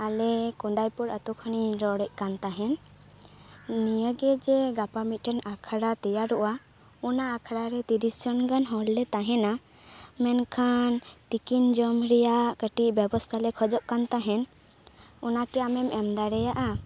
ᱟᱞᱮ ᱠᱚᱫᱟᱭᱯᱩᱨ ᱟᱹᱛᱩ ᱠᱷᱚᱱ ᱤᱧ ᱨᱚᱲᱮᱫ ᱠᱟᱱ ᱛᱟᱸᱦᱮᱱ ᱱᱤᱭᱟᱹ ᱜᱮ ᱡᱮ ᱜᱟᱯᱟ ᱢᱤᱫᱴᱮᱱ ᱟᱠᱷᱟᱲᱟ ᱛᱮᱭᱟᱨᱚᱜᱼᱟ ᱚᱱᱟ ᱟᱠᱷᱟᱲᱟ ᱨᱮ ᱛᱤᱨᱤᱥ ᱡᱚᱱ ᱜᱟᱱ ᱦᱚᱲᱞᱮ ᱛᱟᱦᱮᱸᱱᱟ ᱢᱮᱱᱠᱷᱟᱱ ᱛᱤᱠᱤᱱ ᱡᱚᱢ ᱨᱮᱭᱟᱜ ᱠᱟᱹᱴᱤᱡ ᱵᱮᱵᱚᱥᱛᱟ ᱞᱮ ᱠᱷᱚᱡᱚᱜ ᱠᱟᱱ ᱛᱟᱸᱦᱮᱱ ᱚᱱᱟ ᱠᱤ ᱟᱢᱮᱢ ᱮᱢ ᱫᱟᱲᱮᱭᱟᱜᱼᱟ